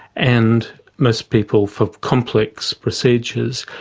and most people, for complex procedures,